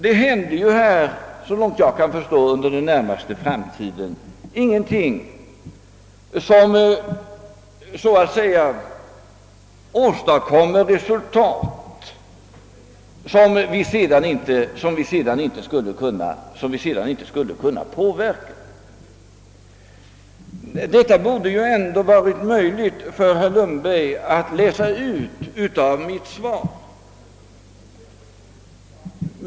Det händer, såvitt jag förstår, under den närmaste framtiden ingenting som så att säga åstadkommer resultat som vi sedan inte skulle kunna ändra. Detta borde ju ändå herr Lundberg ha kunnat läsa ut av mitt svar.